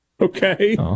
Okay